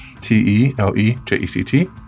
T-E-L-E-J-E-C-T